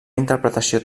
interpretació